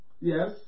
Yes